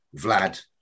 Vlad